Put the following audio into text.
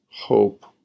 hope